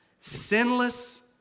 Sinless